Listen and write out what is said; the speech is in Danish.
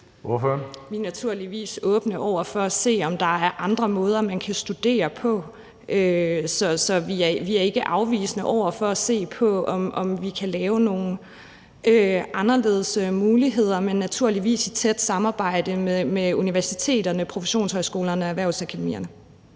Vi er naturligvis åbne over for at se på, om der er andre måder, man kan studere på. Så vi er ikke afvisende over for at se på, om vi kan lave nogle anderledes muligheder, men naturligvis i et tæt samarbejde med universiteterne, professionshøjskolerne og erhvervsakademierne.